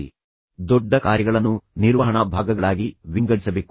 ಆದ್ದರಿಂದ ನೀವು ಏನು ಮಾಡಬೇಕು ನೀವು ದೊಡ್ಡ ಕಾರ್ಯಗಳನ್ನು ನಿರ್ವಹಣಾ ಭಾಗಗಳಾಗಿ ವಿಂಗಡಿಸಬೇಕು